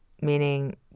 meaning